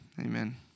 Amen